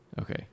okay